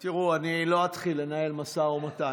תראו, אני לא אתחיל לנהל משא ומתן.